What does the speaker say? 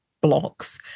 blocks